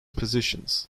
positions